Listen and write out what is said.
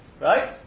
right